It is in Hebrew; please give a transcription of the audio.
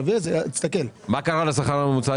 נציגת ההסתדרות, מה קרה לשכר הממוצע?